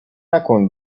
نکن